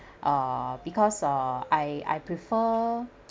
uh because uh I I prefer